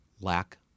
Lack